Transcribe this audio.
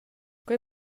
quei